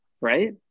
right